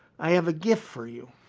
i have a gift for you.